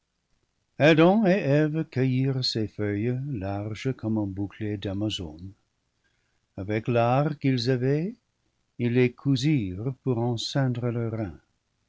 eve cueillirent ces feuilles larges comme un bouclier d'amazone avec l'art qu'ils avaient ils les cousirent pour en ceindre leurs reins